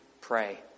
pray